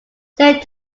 saint